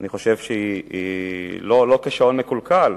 אני חושב שהיא לא כשעון מקולקל,